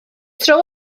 tro